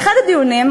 באחד הדיונים,